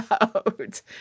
out